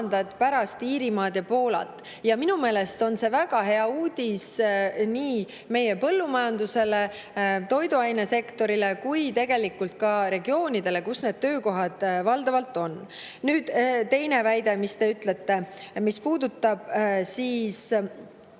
pärast Iirimaad ja Poolat. Minu meelest on see väga hea uudis nii meie põllumajandusele, toiduainesektorile kui ka tegelikult regioonidele, kus need töökohad valdavalt on. Nüüd teine väide, mis te ütlesite, mis puudutab